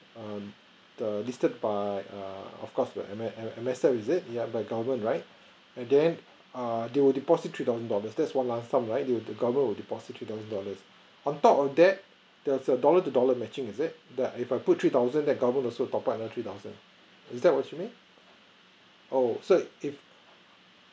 um the disturb by err of course M_S M_S_F is it yeah by government right and then err they will deposit three thousand dollars that's one lump sum right they government will deposit three thousand dollars on top of that there's a dollar to dollar matching is it the if I put three thousand the government also top up another three thousand is that what you mean oh so if